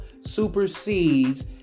supersedes